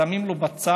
שמים לו בצד,